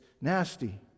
nasty